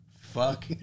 Fuck